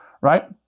right